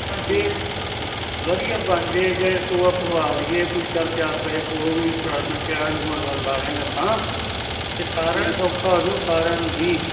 ਚਲ ਜੇ ਵਧੀਆ ਬਣ ਜਾਏਗਾ ਟੋਆ ਭਰਵਾ ਦਈਏ ਕੋਈ ਚਲ ਚਾਰ ਪੈਸੇ ਕੋਲੋਂ ਵੀ ਰਲ ਮਿਲ ਕੇ ਆਂਢ ਗੁਆਂਢ ਲਾ ਦਿਆਂਗੇ ਆਪਾਂ ਇਹ ਸਾਰਿਆਂ ਨੂੰ ਸੌਖਾ ਹੋ ਜੂ ਸਾਰਿਆਂ ਨੂੰ ਹੀ